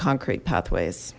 concrete pathways